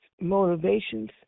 motivations